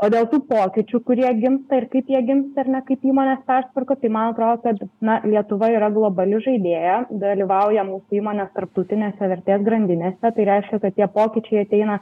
o dėl tų pokyčių kurie gimsta ir kaip jie gimsta ar ne kaip įmonės persitvarko tai man atrodo kad na lietuva yra globali žaidėja dalyvauja mūsų įmonės tarptautinėse vertės grandinėse tai reiškia kad tie pokyčiai ateina